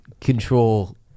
control